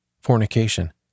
fornication